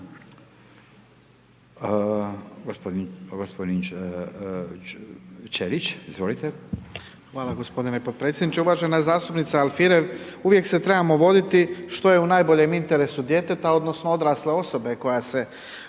Gospodin Ćelić, izvolite.